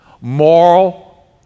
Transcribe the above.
Moral